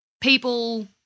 People